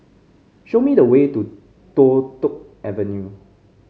show me the way to Toh Tuck Avenue